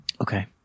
Okay